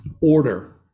order